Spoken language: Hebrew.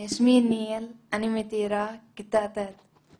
שמי מיאל, אני מטירה, כיתה ט'.